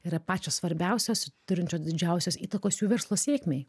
yra pačios svarbiausios turinčios didžiausios įtakos jų verslo sėkmei